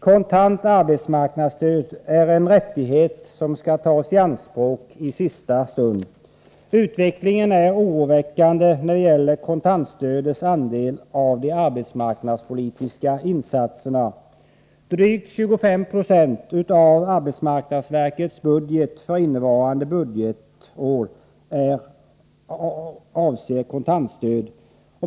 Kontant arbetsmarknadsstöd är en rättighet som skall tas i anspråk i sista stund. Utvecklingen är oroväckande när det gäller kontantstödets andel av de arbetsmarknadspolitiska insatserna. Drygt 25 96 av arbetsmarknadsverkets budget för innevarande budgetår avser kontantstöd.